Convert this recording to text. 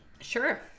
Sure